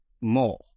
more